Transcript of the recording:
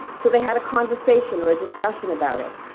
so they had a conversation or a discussion about it.